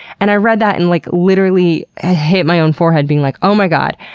and i read that and like literally ah hit my own forehead being like, oh my god,